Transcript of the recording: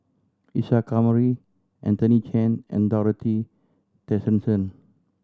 Isa Kamari Anthony Chen and Dorothy Tessensohn